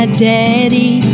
Daddy